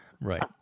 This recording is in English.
Right